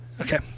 okay